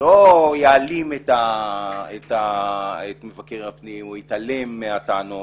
לא יעלים את מבקר הפנים או יתעלם מהטענות